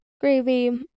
gravy